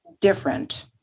different